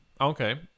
Okay